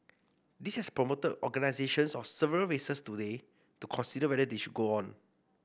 this has prompted organisations of several races today to consider whether they should go on